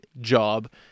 job